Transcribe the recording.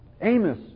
Amos